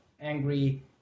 angry